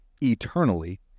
eternally